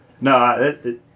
No